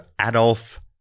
Adolf